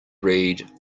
read